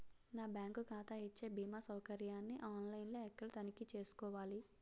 నా బ్యాంకు ఖాతా ఇచ్చే భీమా సౌకర్యాన్ని ఆన్ లైన్ లో ఎక్కడ తనిఖీ చేసుకోవాలి?